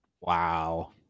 Wow